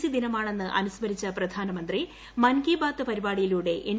C ദിനമാണെസ്സ് അനുസ്മരിച്ച പ്രധാനമന്ത്രി മൻ കീ ബാത്ത് പരിപാടിയിലൂടെ ് എൻ